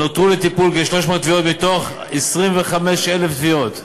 נותרו לטיפול כ-300 תביעות מתוך 25,000 תביעות.